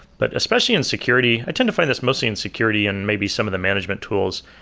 but especially in security, i tend to find this mostly in security and maybe some of the management tools,